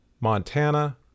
Montana